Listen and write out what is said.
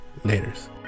laters